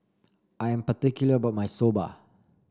I am particular about my Soba